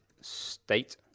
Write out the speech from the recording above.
state